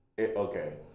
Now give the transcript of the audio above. okay